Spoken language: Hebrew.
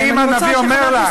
אבל אם הנביא אומר לך,